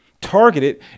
Targeted